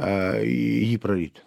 a jį praryt